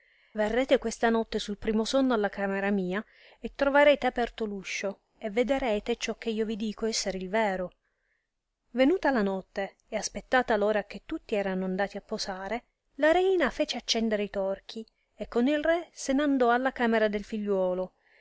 verrete questa notte su primo sonno alla camera mia e trovarete aperto l'uscio e vederete ciò che io vi dico essere il vero venuta la notte e aspettata l ora che tutti erano andati a posare la reina fece accendere i torchi e con il re se n andò alla camera del figliuolo